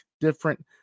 different